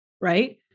right